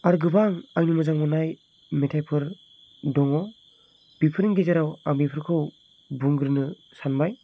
आरो गोबां आंनि मोजां मोननाय मेथायफोर दङ बेफोरनि गेजेराव आं बेफोरखौ बुंग्रोनो सानबाय